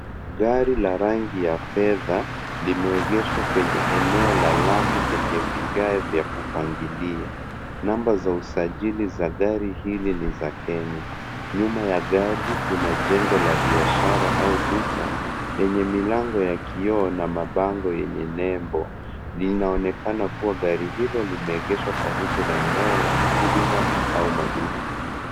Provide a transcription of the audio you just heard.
Gari la rangi ya fedha limeegeshwa kwenye eneo la lami lenye vigae vya kupangilia. Namba za usajili za gari hii ni za Kenya. Nyuma ya gari kuna jengo la biashara au duka lenye milango ya kioo na mabango yenye nembo. Linaonekana kuwa gari hilo limeegeshwa karibu na eneo la huduma au maduka.